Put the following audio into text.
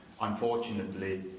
Unfortunately